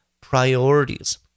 priorities